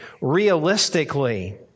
realistically